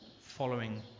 following